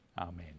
Amen